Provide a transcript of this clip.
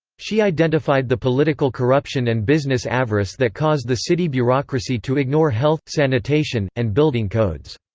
she identified the political corruption and business avarice that caused the city bureaucracy to ignore health, sanitation, and building codes.